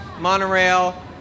Monorail